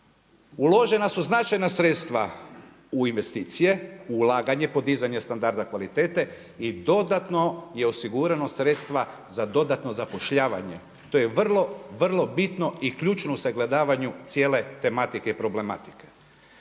Uložena su značajna sredstva u investicije, u ulaganje, podizanje standarda kvalitete i dodatno je osigurano sredstava za dodatno zapošljavanje. To je vrlo bitno i ključno u sagledavanju cijele tematike i problematike.